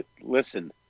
listen